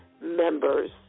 members